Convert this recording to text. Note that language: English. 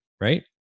right